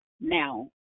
now